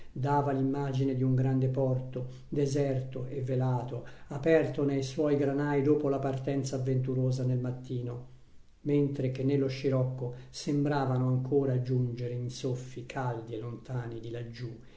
dava l'immagine di un grande porto deserto e velato aperto nei suoi granai dopo la partenza avventurosa nel mattino mentre che nello scirocco sembravano ancora giungere in soffii caldi e lontani di laggiù